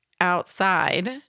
outside